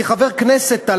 כחבר כנסת,